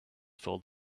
felt